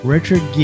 Richard